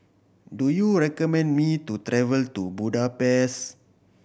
do you recommend me to travel to Budapest